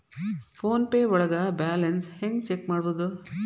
Phone pay ಒಳಗ balance ಹೆಂಗ್ check ಮಾಡುವುದು?